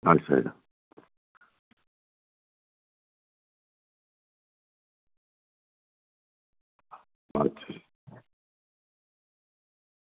अच्छा अच्छा अच्छा